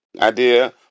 idea